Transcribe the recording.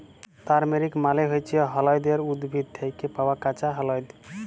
turmeric মালে হচ্যে হল্যদের উদ্ভিদ থ্যাকে পাওয়া কাঁচা হল্যদ